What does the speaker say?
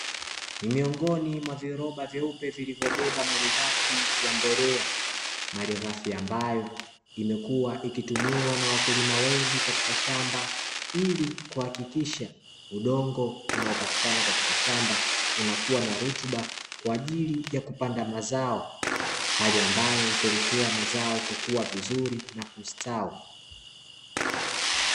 Ni miongoni mwa viroba vyeupe vilivyobeba malighafi ya mbolea, malighafi ambayo imekuwa ikitumiwa na wakulima wengi katika shamba, ili kuhakikisha udongo unaopatikana katika shamba unakuwa na rutuba kwa ajili ya kupanda mazao, hali ambayo hupelekea mazao kukua vizuri na kustawi.